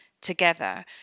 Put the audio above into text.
together